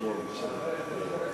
היחיד שנותר למיכאל,